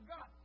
God